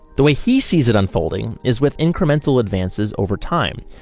the way he sees it unfolding is with incremental advances over time.